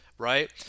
Right